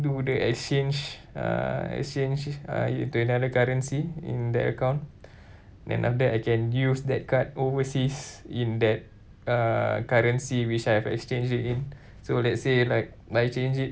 do the exchange uh exchange uh into another currency in that account then after that I can use that card overseas in that uh currency which I have exchange it in so let's say like I exchange it